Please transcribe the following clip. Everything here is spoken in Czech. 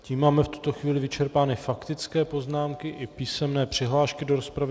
Tím máme v tuto chvíli vyčerpány faktické poznámky i písemné přihlášky do rozpravy.